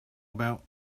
about